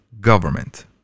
government